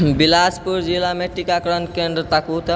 बिलासपुर जिलामे टीकाकरण केन्द्र ताकू तऽ